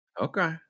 Okay